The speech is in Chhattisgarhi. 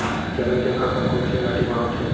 चना के फसल कोन से माटी मा होथे?